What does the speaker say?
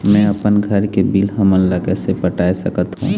मैं अपन घर के बिल हमन ला कैसे पटाए सकत हो?